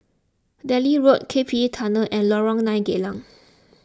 Delhi Road K P E Tunnel and Lorong nine Geylang